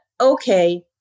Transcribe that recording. okay